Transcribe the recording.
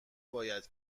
باید